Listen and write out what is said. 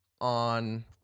On